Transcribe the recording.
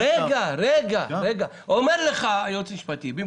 אומר לך היועץ המשפטי לוועדה,